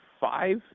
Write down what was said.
five